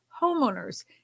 homeowners